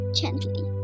gently